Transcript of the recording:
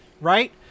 Right